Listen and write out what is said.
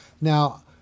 Now